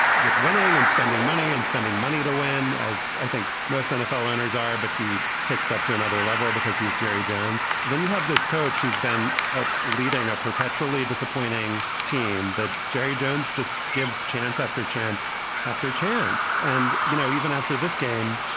with winning and spending money and spending money to win, as i think most nfl owners are. but he takes it up to another level because he is jerry jones. and then you have this coach who's been a leading. perpetually disappointing team that jerry jones just gives chance after chance after chance and, you know, even after this game,